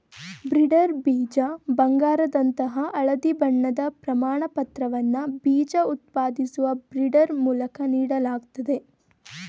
breeder ಬೀಜ ಬಂಗಾರದಂತಹ ಹಳದಿ ಬಣ್ಣದ ಪ್ರಮಾಣಪತ್ರವನ್ನ ಬೀಜ ಉತ್ಪಾದಿಸುವ ಬ್ರೀಡರ್ ಮೂಲಕ ನೀಡಲಾಗ್ತದೆ